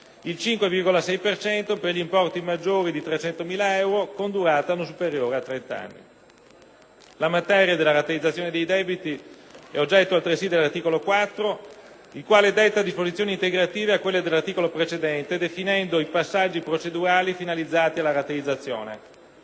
il 5,6 per cento per importi maggiori di 300.000 euro, con durata non superiore a trenta anni. La materia della rateizzazione dei debiti è oggetto altresì dell'articolo 4, il quale detta disposizioni integrative a quelle dell'articolo precedente definendo i passaggi procedurali finalizzati alla rateizzazione.